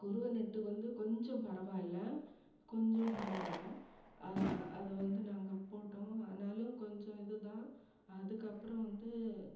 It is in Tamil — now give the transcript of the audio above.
குறுவை நட்டு வந்து கொஞ்சம் பரவாயில்ல கொஞ்சம் பரவாயில்ல அது வந்து நாங்கள் போட்டோம் ஆனாலும் கொஞ்சம் இதுதான் அதுக்கப்புறம் வந்து